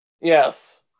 Yes